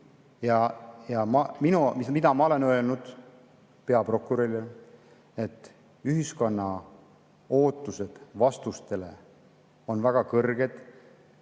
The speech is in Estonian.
tea seda. Ma olen öelnud peaprokurörile, et ühiskonna ootused vastustele on väga kõrged.